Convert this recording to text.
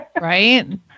Right